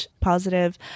positive